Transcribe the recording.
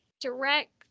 direct